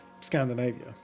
Scandinavia